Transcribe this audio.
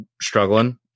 struggling